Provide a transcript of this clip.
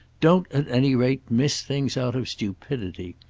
don't at any rate miss things out of stupidity.